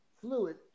fluid